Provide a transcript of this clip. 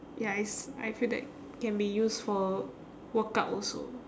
ya it's I feel that can be used for workout also